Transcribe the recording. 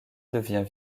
devient